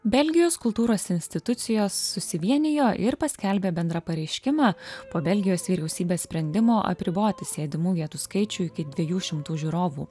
belgijos kultūros institucijos susivienijo ir paskelbė bendrą pareiškimą po belgijos vyriausybės sprendimo apriboti sėdimų vietų skaičių iki dviejų šimtų žiūrovų